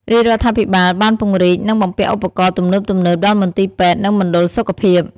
រាជរដ្ឋាភិបាលបានពង្រីកនិងបំពាក់ឧបករណ៍ទំនើបៗដល់មន្ទីរពេទ្យនិងមណ្ឌលសុខភាព។